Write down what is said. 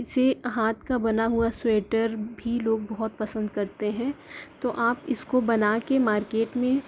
اسے ہاتھ کا بنا ہوا سویٹر بھی لوگ بہت پسند کرتے ہیں تو آپ اس کو بنا کے مارکیٹ میں